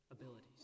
abilities